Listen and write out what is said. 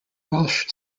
welsh